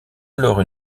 alors